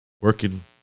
working